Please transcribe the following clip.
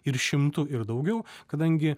ir šimtu ir daugiau kadangi